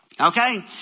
Okay